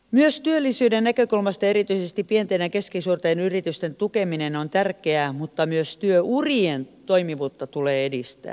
myös työllisyyden näkökulmasta erityisesti pienten ja keskisuurten yritysten tukeminen on tärkeää mutta myös työurien toimivuutta tulee edistää